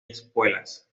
espuelas